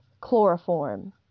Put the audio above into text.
chloroform